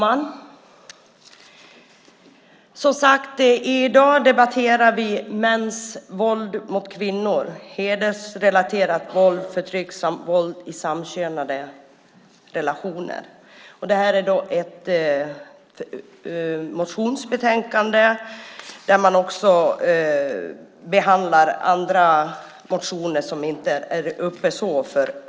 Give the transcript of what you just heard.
Fru talman! I dag debatterar vi mäns våld mot kvinnor, hedersrelaterat våld och förtryck samt våld i samkönade relationer. Detta är ett motionsbetänkande där även andra motioner behandlas.